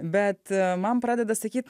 bet man pradeda sakyt